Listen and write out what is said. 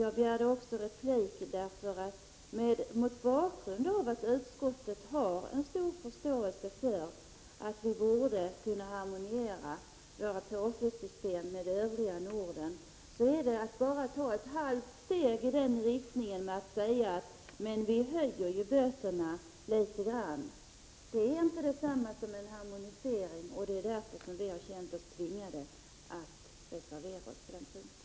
Jag begärde replik också mot bakgrund av att utskottet har stor förståelse för att vi borde kunna harmonisera våra påföljdssystem med övriga Norden. Det är bara ett halvt steg i den riktningen när man säger att man ju höjer böterna litet grand. Det är inte detsamma som en harmonisering, och det är därför som vi har känt oss tvingade att reservera oss på den punkten.